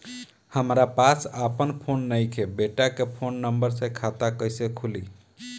हमरा पास आपन फोन नईखे बेटा के फोन नंबर से खाता कइसे खुली?